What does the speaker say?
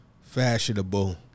fashionable